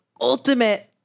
ultimate